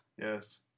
Yes